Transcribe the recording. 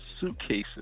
suitcases